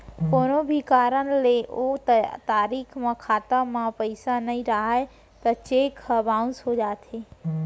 कोनो भी कारन ले ओ तारीख म खाता म पइसा नइ रहय त चेक ह बाउंस हो जाथे